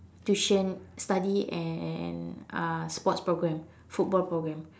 tuition study and uh sports programme football programme